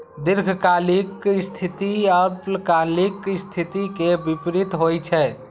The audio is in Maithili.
दीर्घकालिक स्थिति अल्पकालिक स्थिति के विपरीत होइ छै